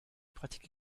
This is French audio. pratique